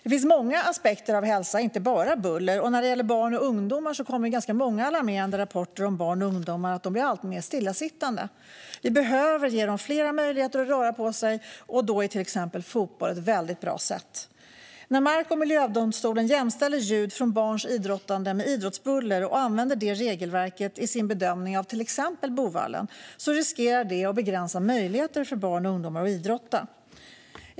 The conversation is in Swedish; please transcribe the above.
Det finns många aspekter av hälsa - inte bara buller. Det kommer ganska många alarmerande rapporter om att barn och ungdomar blir alltmer stillasittande. Vi behöver ge dem fler möjligheter att röra på sig, och då är till exempel fotboll ett väldigt bra sätt. När mark och miljödomstolen jämställer ljud från barns idrottande med idrottsbuller och använder det regelverket i sin bedömning av till exempel Boovallen riskerar det att begränsa möjligheterna för barn och ungdomar att idrotta.